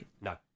no